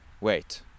wait